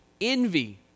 envy